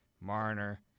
Marner